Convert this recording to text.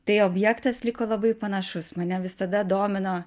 tai objektas liko labai panašus mane visada domino